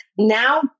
Now